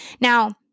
Now